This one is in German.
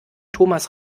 thomas